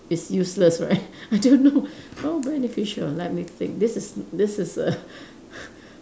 it's useless right I don't know how beneficial let me think this is this is a